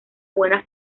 buena